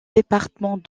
département